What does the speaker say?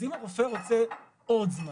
אז אם הרופא רוצה עוד זמן,